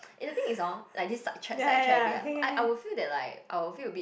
eh the thing is hor like this side track side track a bit lah I I will feel that like I will feel a bit